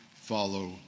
follow